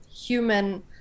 human